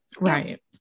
Right